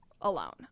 alone